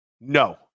No